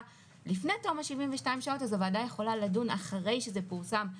לפני תום ה-72 שעות אז הוועדה יכולה לדון אחרי שזה פורסם ונכנס לתוקף.